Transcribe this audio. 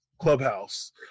clubhouse